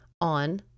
on